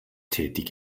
tätig